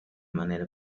manera